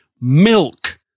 milk